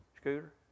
Scooter